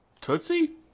Tootsie